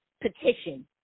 petition